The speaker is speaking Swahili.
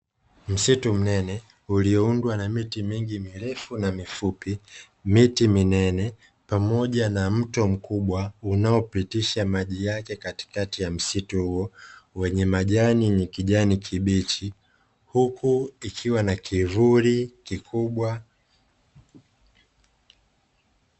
Msitu mnene ulioundwa na miti mingi mirefu na mifupi, miti minene pamoja na mto mkubwa unaopitisha maji yake kati kati ya msitu huo wenye majani yenye kijani kibichi, huku ikiwa na kivuli kikubwa.